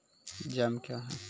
Jam क्या हैं?